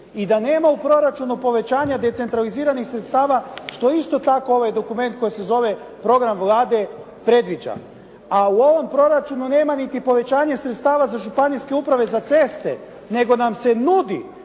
i da nema u proračunu povećanja decentraliziranih sredstava što isto tako ovaj dokument koji se zove Program Vlade predviđa. A u ovom proračunu nema niti povećanje sredstava za županijske uprave za ceste, nego nam se nudi